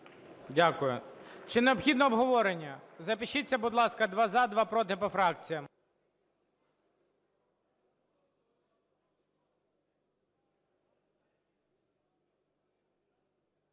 Дякую. Чи необхідно обговорення? Запишіться, будь ласка: два – за, два – проти по фракціям.